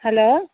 hello